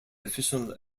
official